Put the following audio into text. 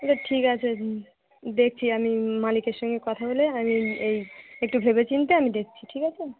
আচ্ছা ঠিক আছে হুম দেখছি আমি মালিকের সঙ্গে কথা বলে আমি এই একটু ভেবেচিন্তে আমি দেখছি ঠিক আছে